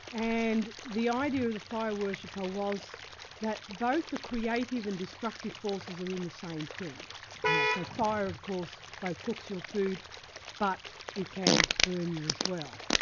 and the idea of the fire worshipper was that both the creative and destructive forces are in the same thing so fire of course, both cooks your food but it can burn you as well.